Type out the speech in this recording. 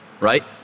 right